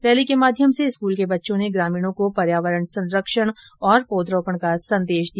rally के माध्यम से स्कूल के बच्चों ने ग्रामीणों को पर्यावरण संरक्षण और पौधरोपण का संदेश दिया